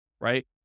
right